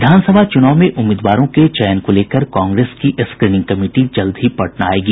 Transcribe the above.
विधानसभा चुनाव में उम्मीदवारों के चयन को लेकर कांग्रेस की स्क्रीनिंग कमिटी जल्द ही पटना आयेगी